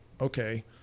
Okay